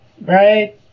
right